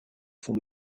font